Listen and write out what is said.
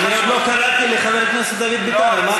אבל עוד לא קראתי לחבר הכנסת דוד ביטן.